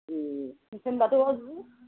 ए होनब्लाथ'